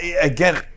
again